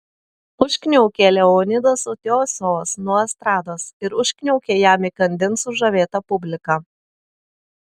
užkniaukė leonidas utiosovas nuo estrados ir užkniaukė jam įkandin sužavėta publika